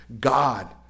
God